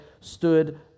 stood